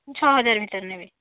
ଛଅ ହଜାର ଭିତରେ ନେବି